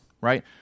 right